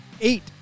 Eight